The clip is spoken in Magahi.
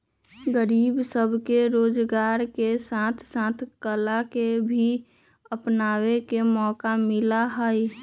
गरीब सब के रोजगार के साथ साथ कला के भी अपनावे के मौका मिला हई